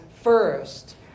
first